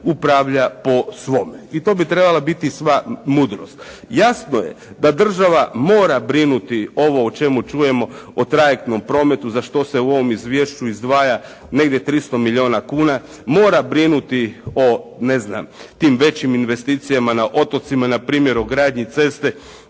upravlja po svome. I to bi trebala biti sva mudrost. Jasno je da država mora brinuti ovo o čemu čujemo, o trajektnom prometu za što se u ovom izvješću izdvaja negdje 300 milijuna kuna, mora brinuti o tim većim investicijama na otocima, npr. o gradnji ceste